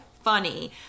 funny